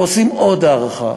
ועושים עוד הערכה,